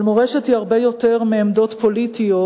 אבל מורשת היא הרבה יותר מעמדות פוליטיות,